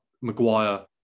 Maguire